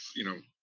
you know,